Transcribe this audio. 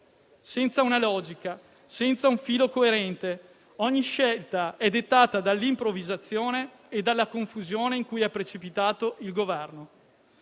senza una logica, senza un filo coerente; ogni scelta è dettata dall'improvvisazione e dalla confusione in cui è precipitato il Governo.